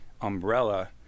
umbrella